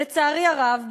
לצערי הרב,